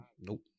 nope